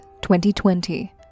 2020